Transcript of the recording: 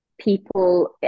people